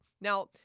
Now